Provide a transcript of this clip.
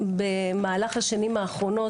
במהלך השנים האחרונות,